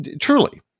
truly